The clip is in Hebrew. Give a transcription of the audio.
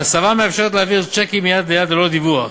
ההסבה מאפשרת להעביר צ'קים מיד ליד ללא דיווח.